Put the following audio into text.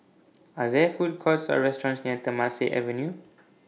Are There Food Courts Or restaurants near Temasek Avenue